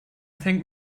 think